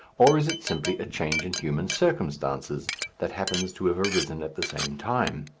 or is it simply a change in human circumstances that happens to have arisen at the same time?